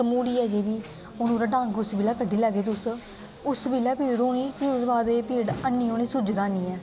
तम्हूड़ी ऐ जेहड़ी ओहदा डंग उसले कड्ढी लैगे तुस उस बेल्ले बी पीड़ होनी ते ओहदे बाद पीड़ है नी होनी सुजदा है नी ऐ